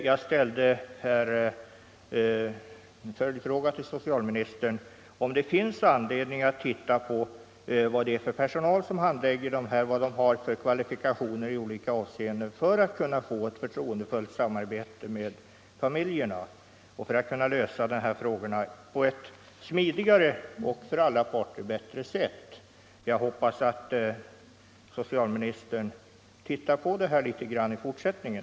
Jag ställde en följdfråga till socialministern, om det finns anledning att titta på vad det är för personal som handlägger dessa ärenden och vad de har för kvalifikationer i olika avseenden för att få ett förtroendefullt samarbete med familjerna och kunna lösa de här problemen på ett smidigare och för alla parter riktigt sätt. Jag hoppas att socialministern studerar den saken litet grand i fortsättningen.